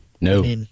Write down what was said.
No